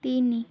ତିନି